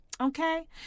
Okay